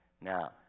Now